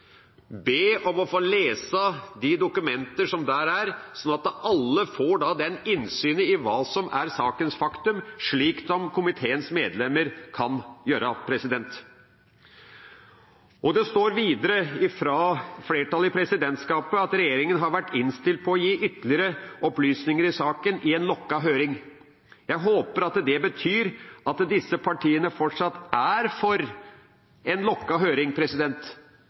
be om å få lese de dokumenter som er der, slik at alle får innsyn i hva som er sakens faktum, slik som komiteens medlemmer kan gjøre. Det står videre fra flertallet i presidentskapet at «regjeringen har vært innstilt på å gi ytterligere opplysninger i saken i en lukket høring». Jeg håper det betyr at disse partiene fortsatt er for en lukket høring,